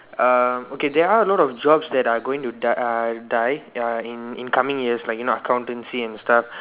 uh okay there are a lot of jobs that are going to die uh die uh in in coming years like you know accountancy and stuff